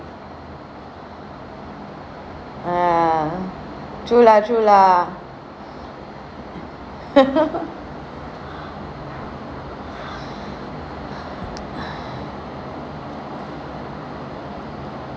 ah true lah true lah